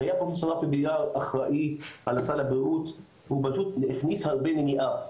כשהיה פה שר בריאות אחראי הוא הכניס הרבה מניעה,